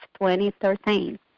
2013